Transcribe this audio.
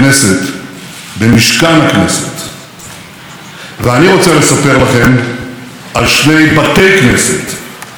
ואני רוצה לספר לכם על שני בתי כנסת מיוחדים במינם שביקרתי בהם לאחרונה.